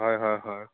হয় হয় হয়